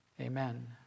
Amen